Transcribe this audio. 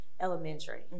elementary